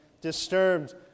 disturbed